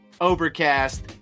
Overcast